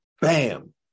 bam